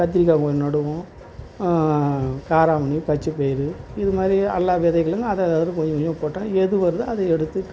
கத்திரிக்காய் கொஞ்சம் நடுவோம் காராமணி பச்சைப்பயிறு இதுமாதிரி எல்லா விதைகளும் அதை அதை கொஞ்ச கொஞ்சம் போட்டால் எது வருதோ அதை எடுத்து